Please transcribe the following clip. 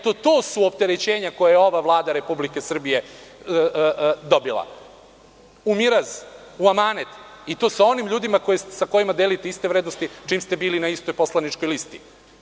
To su opterećenja koja je ova Vlada Republike Srbije dobila u miraz, u amanet i to sa onim ljudima sa kojima delite iste vrednosti, čim ste bili na istoj poslaničkoj listi.